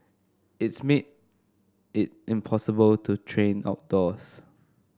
it's made it impossible to train outdoors